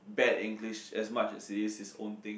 bad English as much as it is it's own thing